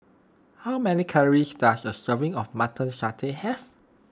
how many calories does a serving of Mutton Satay have